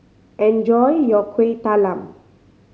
enjoy your Kueh Talam